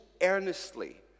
earnestly